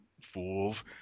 fools